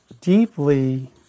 deeply